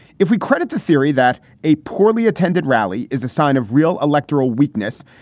if we credit the theory that a poorly attended rally is a sign of real electoral weakness,